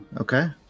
Okay